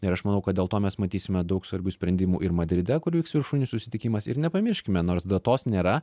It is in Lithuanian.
ir aš manau kad dėl to mes matysime daug svarbių sprendimų ir madride kur vyks viršūnių susitikimas ir nepamirškime nors datos nėra